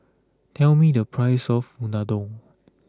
tell me the price of Unadon